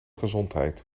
gezondheid